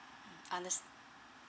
understand